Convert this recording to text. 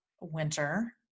winter